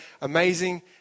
amazing